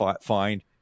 find